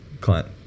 Clint